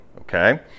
Okay